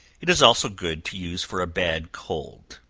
it is also good to use for a bad cold,